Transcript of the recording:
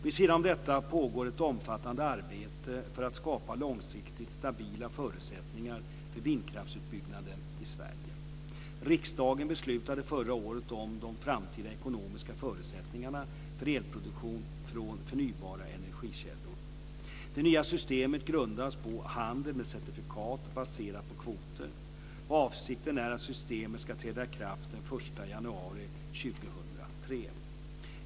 Vid sidan om detta pågår ett omfattande arbete för att skapa långsiktigt stabila förutsättningar för vindkraftsutbyggnaden i Sverige. Riksdagen beslutade förra året om de framtida ekonomiska förutsättningarna för elproduktion från förnybara energikällor 2000/01:111). Det nya systemet grundas på handel med certifikat baserad på kvoter. Avsikten är att systemet ska träda i kraft den 1 januari 2003.